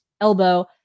elbow